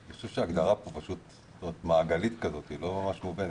אני חושב שההגדרה פה היא מעגלית, לא ממש מובנת.